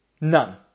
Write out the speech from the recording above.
None